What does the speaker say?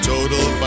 Total